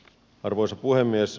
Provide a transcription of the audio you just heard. arvoisa puhemies